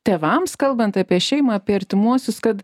tėvams kalbant apie šeimą apie artimuosius kad